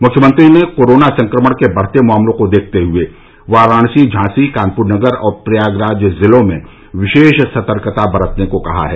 मुख्यमंत्री ने कोरोना संक्रमण के बढ़ते मामलों को देखते हुए वाराणसी झांसी कानपुर नगर और प्रयागराज जिलों में विशेष बरतने को कहा है